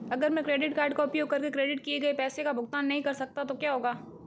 अगर मैं credit card का उपयोग करके क्रेडिट किए गए पैसे का भुगतान नहीं कर सकता तो क्या होगा?